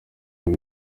bihe